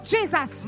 Jesus